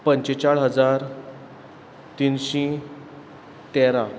पंचेचाळीस हजार तिनशीं तेरा